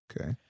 Okay